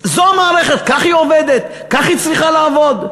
זו המערכת, כך היא עובדת, כך היא צריכה לעבוד.